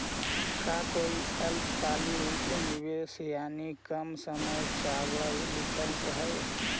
का कोई अल्पकालिक निवेश यानी कम समय चावल विकल्प हई?